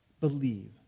Believe